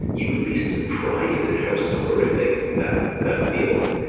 you would be surprised at how soporific that that feels.